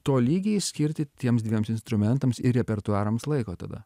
tolygiai skirti tiems dviems instrumentams ir repertuarams laiko tada